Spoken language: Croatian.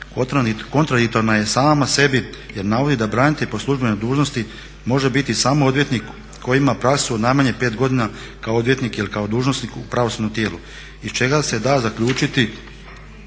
kontradiktorna je sama sebi jer navodi da branitelj po službenoj dužnosti može biti samo odvjetnik koji ima praksu najmanje pet godina kao odvjetnik ili kao dužnosnik u pravosudnom tijelu iz čega se da zaključiti